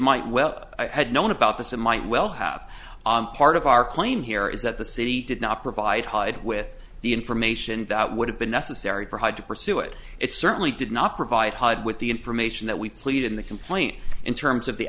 might well i had known about this it might well have part of our claim here is that the city did not provide hard with the information that would have been necessary for hard to pursue it it certainly did not provide hard with the information that we played in the complaint in terms of the